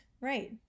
right